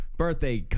Birthday